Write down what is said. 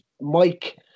Mike